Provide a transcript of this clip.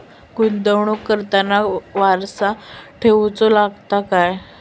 गुंतवणूक करताना वारसा ठेवचो लागता काय?